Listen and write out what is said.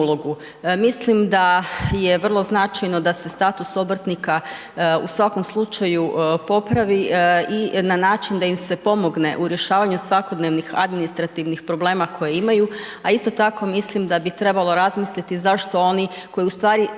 Mislim da je vrlo značajno da se status obrtnika u svakom slučaju popravi na način da im se pomogne u rješavanju svakodnevnim administrativnih problema koje imaju, a isto tako mislim da bi trebalo razmisliti zašto oni koji 24 sata